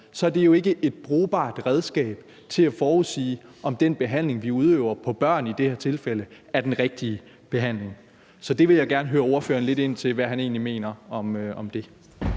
så er det jo ikke et brugbart redskab til at forudsige, om den behandling, vi udøver, på børn i det her tilfælde, er den rigtige behandling. Så det vil jeg gerne spørge lidt ind til og høre ordføreren om, hvad han egentlig mener om det.